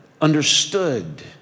understood